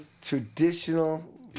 traditional